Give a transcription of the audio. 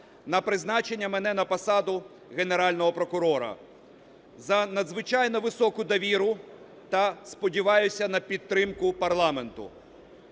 на призначення мене на посаду Генерального прокурора, за надзвичайно високу довіру та сподіваюсь на підтримку парламенту.